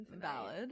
Valid